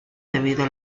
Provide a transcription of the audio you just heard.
debido